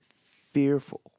fearful